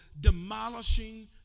demolishing